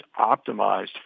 optimized